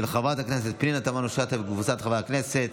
של חברת הכנסת פנינה תמנו שטה וקבוצת חברי הכנסת.